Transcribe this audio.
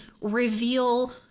reveal